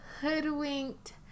hoodwinked